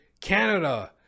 Canada